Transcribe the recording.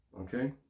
Okay